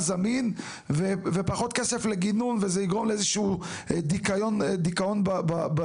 זמין ופחות כסף לגינון וזה יגרום לאיזשהו דיכאון באזור,